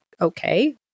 Okay